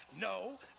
No